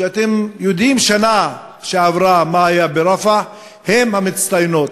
ואתם יודעים בשנה שעברה מה היה ברַפַח הן המצטיינות.